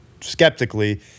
skeptically